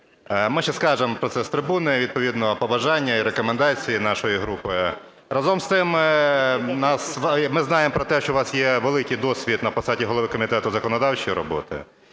Ми ще скажемо про це з трибуни і відповідно побажання і рекомендації нашої групи. Разом з тим, ми знаємо про те, що у вас є великий досвід на посаді голови комітету законодавчої роботи,